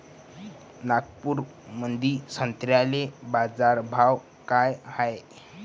नागपुरामंदी संत्र्याले बाजारभाव काय हाय?